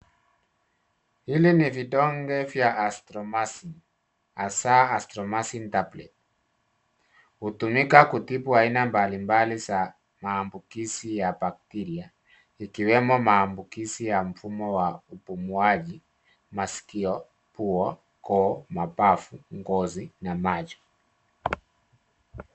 Hili ni vidonge vya Azthromycin hasa Azthromycin Tablet, hutumika kutibu aina mbalimbali za maambukizi ya bakteria ikiwemo maambukizi ya mfumo wa upumuaji maskio pua koo mabavu ngozi na macho.